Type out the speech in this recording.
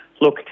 Look